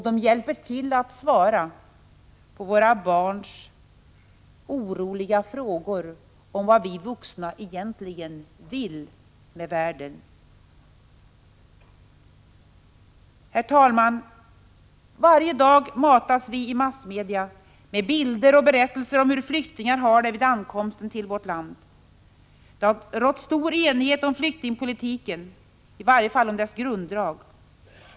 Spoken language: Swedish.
De hjälper också till att svara på våra barns oroliga frågor om vad vi vuxna egentligen vill med världen. Herr talman! Varje dag matas vi i massmedia med bilder och berättelser om hur flyktingar har det vid ankomsten till vårt land. Det har rått stor enighet om flyktingpolitiken, i varje fall om dess grunddrag.